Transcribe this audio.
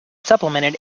supplemented